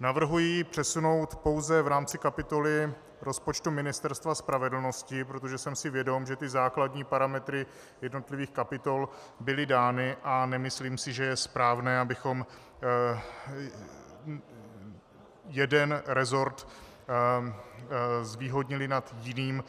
Navrhuji ji přesunout pouze v rámci kapitoly rozpočtu Ministerstva spravedlnosti, protože jsem si vědom, že základní parametry jednotlivých kapitol byly dány a nemyslím si, že je správné, abychom jeden resort zvýhodnili nad jiným,